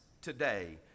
today